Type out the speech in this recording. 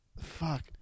fuck